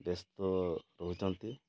ବ୍ୟସ୍ତ ରହୁଛନ୍ତି